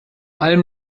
allem